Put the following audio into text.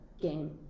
game